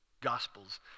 gospels